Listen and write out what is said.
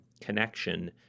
connection